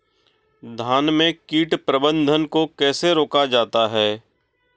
धान में कीट प्रबंधन को कैसे रोका जाता है?